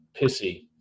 pissy